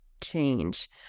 change